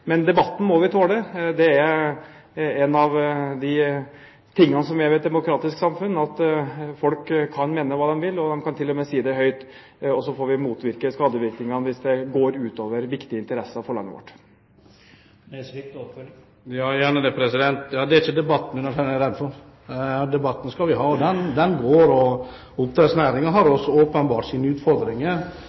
Men debatten må vi tåle. Det er en av sidene ved et demokratisk samfunn, at folk kan mene hva de vil, de kan til og med si det høyt. Så får vi motvirke skadevirkningene hvis det går ut over viktige interesser for landet vårt. Det er ikke debatten man er redd for. Debatten skal vi ha, og den går, og oppdrettsnæringen har også åpenbart sine utfordringer.